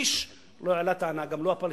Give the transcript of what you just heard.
איש לא העלה טענה, גם לא הפלסטינים.